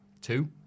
two